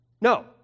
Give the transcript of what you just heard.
No